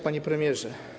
Panie Premierze!